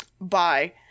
bye